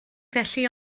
felly